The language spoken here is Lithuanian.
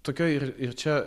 tokioj ir ir čia